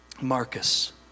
Marcus